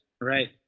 Right